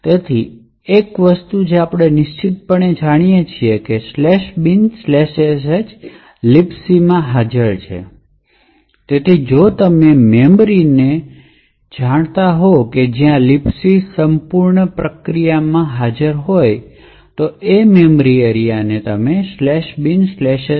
તેથી એક વસ્તુ જે આપણે નિશ્ચિતપણે જાણીએ છીએ તે છે કે "binsh" libcમાં હાજર છે તેથી જો તમે મેમરી શ્રેણીને જાણતા હોવ કે જ્યાં libc સંપૂર્ણ પ્રક્રિયા અવકાશમાં હાજર હોય તો આપણે તે મેમરી ક્ષેત્ર અને "binsh"